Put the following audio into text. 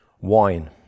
wine